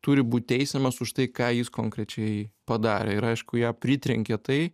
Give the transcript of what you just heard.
turi būt teisiamas už tai ką jis konkrečiai padarė ir aišku ją pritrenkė tai